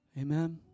Amen